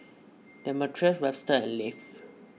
Demetrius Webster and Leif